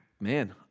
Man